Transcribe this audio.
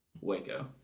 Waco